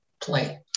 play